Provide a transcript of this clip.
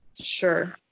sure